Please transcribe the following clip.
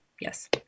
Yes